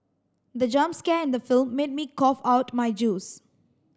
the jump scare in the film made me cough out my juice